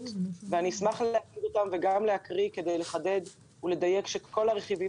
ואני אשמח להקריא את הדברים כדי לחדד ולדייק ולהראות שכל הרכיבים